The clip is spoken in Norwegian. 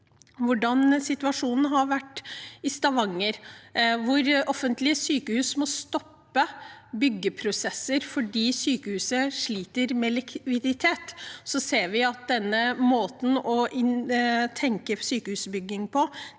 hvordan situasjonen har vært i Stavanger, hvor offentlige sykehus må stoppe byggeprosesser fordi sykehuset sliter med likviditet, ser vi at denne måten å tenke sykehusbygging på